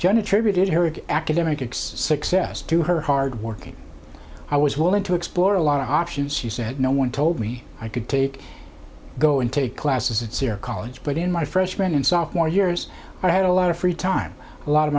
jenna tributed her academic success to her hard working i was willing to explore a lot of options she said no one told me i could take go and take classes at sere college but in my freshman and sophomore years i had a lot of free time a lot of